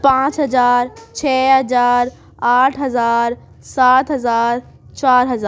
پانچ ہزار چھ ہزار آٹھ ہزار سات ہزار چار ہزار